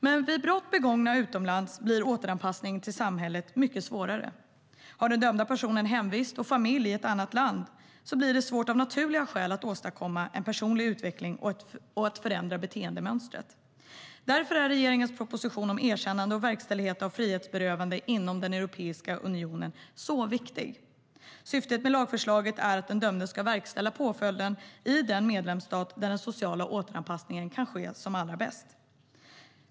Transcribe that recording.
Vid brott begångna utomlands blir återanpassning till samhället mycket svårare. Har den dömda personen hemvist och familj i ett annat land blir det svårt av naturliga skäl att åstadkomma en personlig utveckling och ett förändrat beteendemönster. Därför är regeringens proposition om erkännande och verkställighet av frihetsberövande påföljder inom Europeiska unionen så viktig. Syftet med lagförslaget är att den dömde ska verkställa påföljden i den medlemsstat där den sociala återanpassningen kan ske allra bäst.